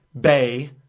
bay